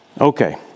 Okay